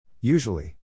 Usually